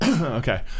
Okay